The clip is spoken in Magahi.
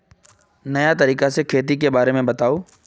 नया तरीका से खेती के बारे में बताऊं?